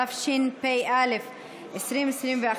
התשפ"א 2021,